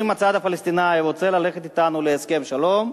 אם הצד הפלסטיני רוצה ללכת אתנו להסכם שלום,